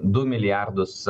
du milijardus